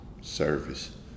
service